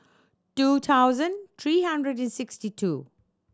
two thousand three hundred and sixty two